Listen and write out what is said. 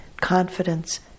confidence